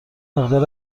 مقدار